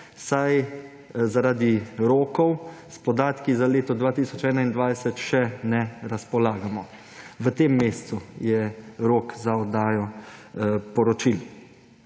saj zaradi rokov s podatki za leto 2021 še ne razpolagamo, v tem mesecu je rok za oddajo poročil.